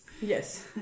Yes